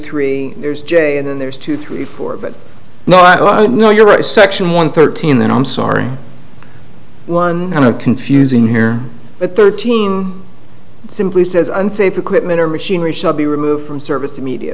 three there's j and then there's two three four but now i know you're right section one thirteen then i'm sorry one kind of confusing here the thirteen simply says unsafe equipment or machinery shall be removed from service the media